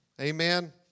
Amen